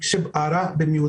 שהוא הרע במיעוטו.